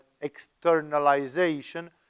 externalization